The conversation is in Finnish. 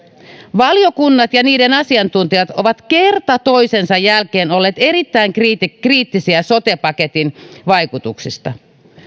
valiokunnat ja niiden asiantuntijat ovat kerta toisensa jälkeen olleet erittäin kriittisiä kriittisiä sote paketin vaikutuksista